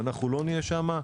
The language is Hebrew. אם לא נהיה שם,